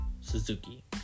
Suzuki